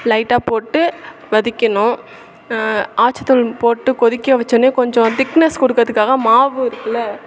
லைட்டாக போட்டு வதக்கணும் ஆச்சித்தூள் போட்டு கொதிக்க வச்சோடன்னே கொஞ்சம் திக்னஸ் கொடுக்குறதுக்காக மாவு இருக்குதுல்ல